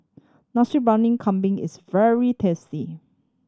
Nasi Briyani Kambing is very tasty